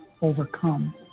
overcome